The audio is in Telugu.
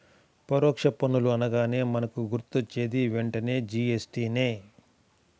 పరోక్ష పన్నులు అనగానే మనకు గుర్తొచ్చేది వెంటనే జీ.ఎస్.టి నే